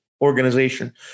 organization